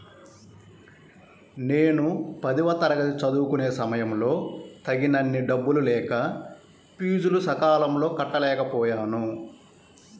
నేను పదవ తరగతి చదువుకునే సమయంలో తగినన్ని డబ్బులు లేక ఫీజులు సకాలంలో కట్టలేకపోయాను